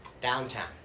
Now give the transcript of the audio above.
downtown